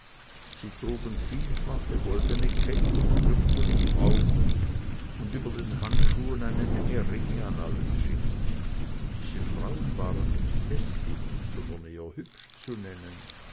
sie trugen vielfache goldene ketten gürtel und hauben und über den handschuhen eine menge ringe an allen fingern diese frauen waren nicht häßlich sondern eher hübsch zu nennen